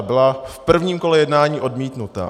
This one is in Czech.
Byla v prvním kole jednání odmítnuta.